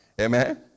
Amen